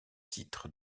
titre